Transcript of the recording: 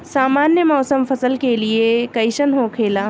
सामान्य मौसम फसल के लिए कईसन होखेला?